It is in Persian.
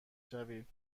شوید